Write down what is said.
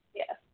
yes